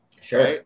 Sure